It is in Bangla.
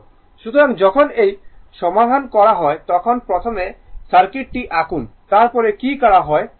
সুতরাং যখন এটি সমাধান করা হয় তখন প্রথমে সার্কিটটি আঁকুন তারপর কী করা হয়েছে তা দেখুন